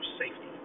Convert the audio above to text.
safety